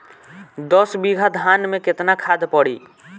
दस बिघा धान मे केतना खाद परी?